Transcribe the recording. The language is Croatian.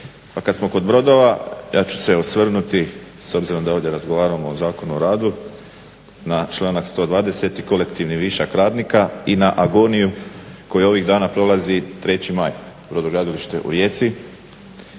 kad smo kod brodova ja ću se osvrnuti s obzirom da ovdje razgovaramo o Zakonu o radu na članak 120. kolektivni višak radnika i na agoniju koju ovih dana prolazi 3. maj,